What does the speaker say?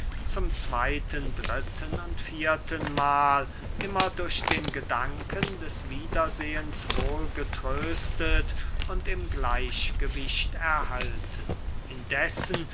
zum zweyten dritten und vierten mahl immer durch den gedanken des wiedersehens wohl getröstet und im gleichgewicht erhalten indessen